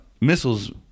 missiles